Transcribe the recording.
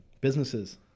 businesses